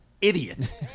Idiot